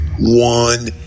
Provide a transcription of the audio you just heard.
One